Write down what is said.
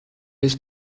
his